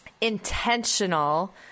intentional